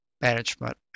management